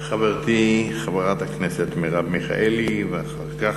חברתי, חברת הכנסת מרב מיכאלי, ואחר כך,